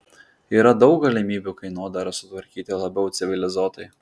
yra daug galimybių kainodarą sutvarkyti labiau civilizuotai